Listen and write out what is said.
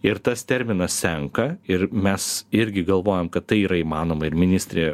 ir tas terminas senka ir mes irgi galvojam kad tai yra įmanoma ir ministrė